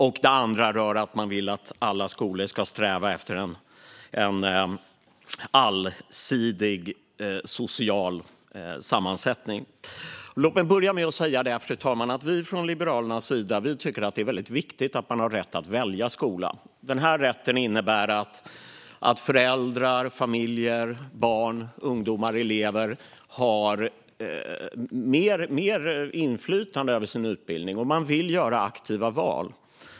Den andra handlar om att man vill att alla skolor ska sträva efter en allsidig social sammansättning. Fru talman! Liberalerna tycker att det är väldigt viktigt att man har rätt att välja skola. Denna rätt innebär att föräldrar, familjer, barn, ungdomar och elever har mer inflytande över utbildningen och kan göra aktiva val.